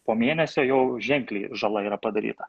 po mėnesio jau ženkliai žala yra padaryta